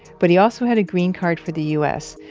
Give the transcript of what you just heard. but he also had a green card for the u s.